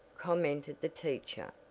commented the teacher,